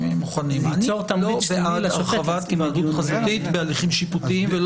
אני לא בעד הרחבת היוועדות חזותית בהליכים שיפוטיים.